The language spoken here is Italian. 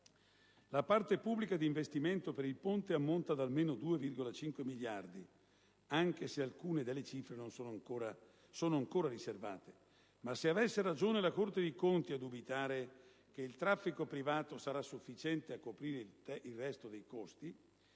La parte pubblica di investimento per il ponte ammonta ad almeno 2,5 miliardi, anche se alcune delle cifre sono ancora riservate. Ma, se avesse ragione la Corte dei conti a dubitare che il traffico privato sarà sufficiente a coprire il resto dei costi,